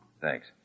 Thanks